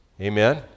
Amen